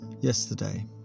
yesterday